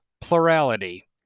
plurality